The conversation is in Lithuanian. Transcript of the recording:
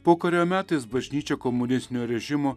pokario metais bažnyčia komunistinio režimo